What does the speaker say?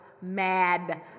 mad